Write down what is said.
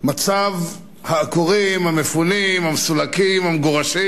מצב העקורים, המפונים, המסולקים, המגורשים,